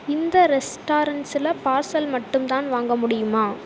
இந்த ரெஸ்டாரண்ட்ஸில் பார்சல் மட்டும்தான் வாங்க முடியுமா